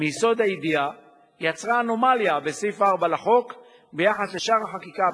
מיסוד הידיעה יצרה אנומליה בסעיף 4 לחוק ביחס לשאר החקיקה הפלילית,